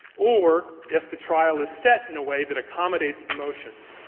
or if the trial is set in a way that accommodates the motion,